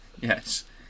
Yes